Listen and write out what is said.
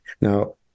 Now